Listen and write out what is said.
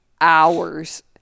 hours